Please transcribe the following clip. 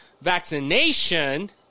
vaccination